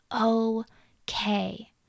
okay